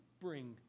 bring